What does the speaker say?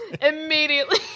Immediately